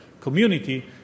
community